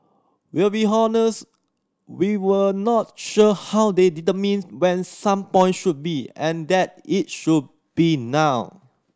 we'll be honest we were not sure how they determined when some point should be and that it should be now